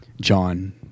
John